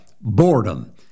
Boredom